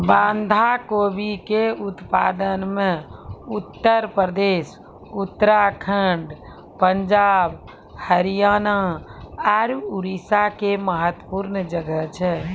बंधा गोभी के उत्पादन मे उत्तर प्रदेश, उत्तराखण्ड, पंजाब, हरियाणा आरु उड़ीसा के महत्वपूर्ण जगह छै